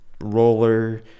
roller